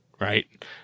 right